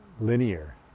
linear